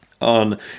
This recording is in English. on